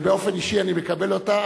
ובאופן אישי אני מקבל אותה,